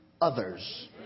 others